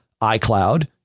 iCloud